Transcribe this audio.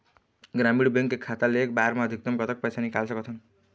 ग्रामीण बैंक के खाता ले एक बार मा अधिकतम कतक पैसा निकाल सकथन?